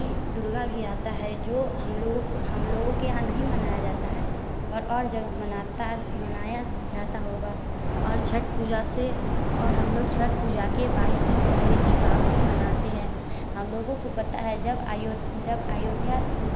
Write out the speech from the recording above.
दुर्गा भी आता है जो हम लोगों को हम लोगों के यहाँ नहीं मनाया जाता है पर और और जगह मनाता मनाया जाता होगा और छठ पूजा से और हम लोग के बाईस दिन पहले दीपावली मनाते हैं हम लोगों को पता है जब अयोध्या जब अयोध्या